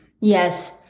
Yes